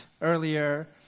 earlier